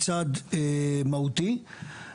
מצד מהותי.